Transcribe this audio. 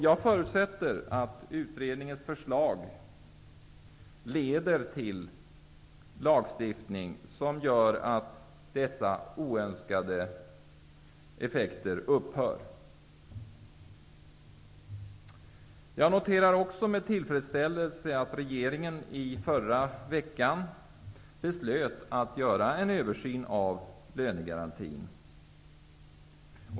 Jag förutsätter att utredningens förslag leder till lagstiftning som gör att dessa oönskade effekter upphör. Jag noterar också med tillfredsställelse att regeringen i förra veckan beslöt att göra en översyn av lönegarantin.